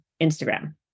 instagram